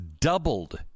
doubled